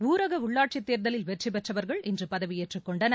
ஊரக உள்ளாட்சித் தேர்தலில் வெற்றி பெற்றவர்கள் இன்று பதவியேற்றுக்கொண்டனர்